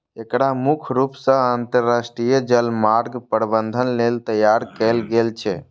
एकरा मुख्य रूप सं अंतरराष्ट्रीय जलमार्ग प्रबंधन लेल तैयार कैल गेल छै